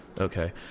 Okay